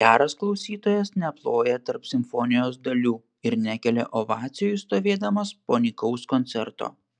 geras klausytojas neploja tarp simfonijos dalių ir nekelia ovacijų stovėdamas po nykaus koncerto